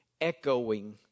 echoing